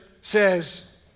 says